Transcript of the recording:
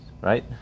right